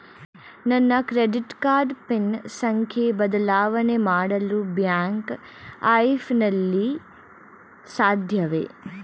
ನನ್ನ credit card pin ಸಂಖ್ಯೆ ಬದಲಾವಣೆ ಮಾಡಲು ಬ್ಯಾಂಕ್ ಆ್ಯಪ್ ನಲ್ಲಿ ಸಾಧ್ಯವೇ?